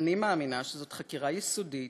"אני מאמינה שזאת חקירה יסודית,